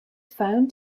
found